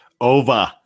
Over